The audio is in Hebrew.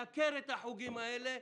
לעקר את החוגים האלה.